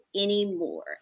anymore